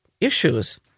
issues